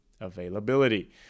Availability